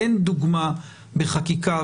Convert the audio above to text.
אין דוגמה בחקיקה,